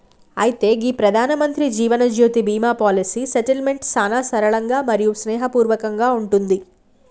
అయితే గీ ప్రధానమంత్రి జీవనజ్యోతి బీమా పాలసీ సెటిల్మెంట్ సానా సరళంగా మరియు స్నేహపూర్వకంగా ఉంటుంది